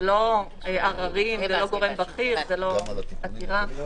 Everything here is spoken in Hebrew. זה לא עררים ולא גורם בכיר ולא עתירה.